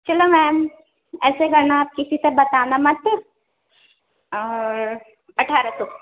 چلو میم ایسے کرنا آپ کسی سے بتانا مت اور اٹھارہ سو